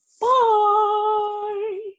Bye